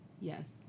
Yes